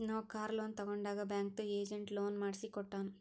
ನಾವ್ car loan ತಗೊಂಡಾಗ್ ಬ್ಯಾಂಕ್ದು ಏಜೆಂಟ್ ಲೋನ್ ಮಾಡ್ಸಿ ಕೊಟ್ಟಾನ್